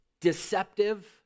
deceptive